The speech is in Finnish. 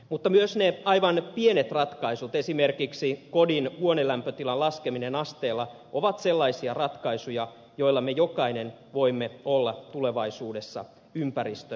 mutta myös ne aivan pienet ratkaisut esimerkiksi kodin huonelämpötilan laskeminen asteella ovat sellaisia ratkaisuja joilla me jokainen voimme olla tulevaisuudessa ympäristöfiksuja